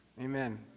amen